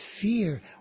fear